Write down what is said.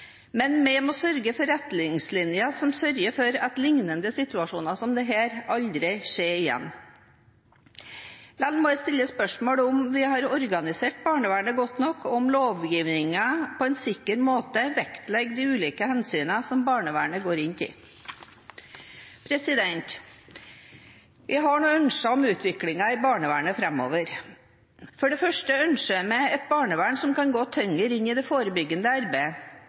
Men vi må sørge for retningslinjer som sørger for at liknende situasjoner aldri skjer igjen. Likevel må jeg stille spørsmål ved om vi har organisert barnevernet godt nok, og om lovgivningen på en sikker måte vektlegger de ulike hensynene som barnevernet går inn i. Jeg har noen ønsker for utviklingen i barnevernet framover: For det første ønsker jeg meg et barnevern som kan gå tyngre inn i det forebyggende arbeidet.